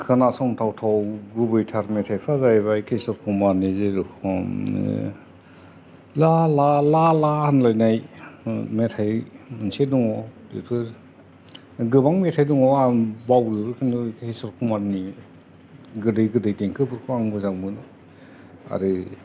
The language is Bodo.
खोनासं थाव थाव गुबैथार मेथाइ फोरा जाहैबाय किसर कुमारनि जेर'खम ला ला ला ला होनलायनाय मेथाइ मोनसे दङ बिफोर गोबां मेथाइ दङ आं बावो किनथु किसर कुमार नि गोदै गोदै देंखोफोरखौ आं मोजां मोनो आरो